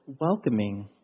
welcoming